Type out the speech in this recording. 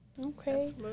Okay